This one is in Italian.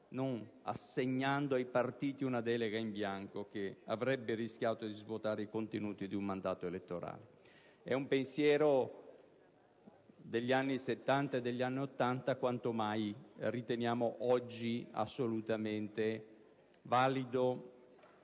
non assegnando ai partiti una delega in bianco che avrebbe rischiato di svuotare i contenuti di un mandato elettorale. È un pensiero degli anni '70 e '80 che riteniamo quanto mai valido